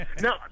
no